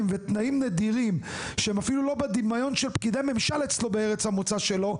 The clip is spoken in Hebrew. ותנאים נדירים שהם אפילו לא בדמיון של פקידי ממשל אצלו בארץ המוצא שלו,